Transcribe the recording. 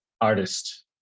artist